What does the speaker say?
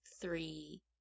three